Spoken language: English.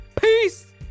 Peace